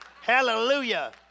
Hallelujah